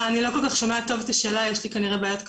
אני לא שומעת טוב, יש לי בעיית קליטה.